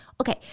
Okay